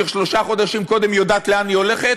כששלושה חודשים קודם היא יודעת לאן היא הולכת?